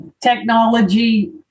Technology